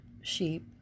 sheep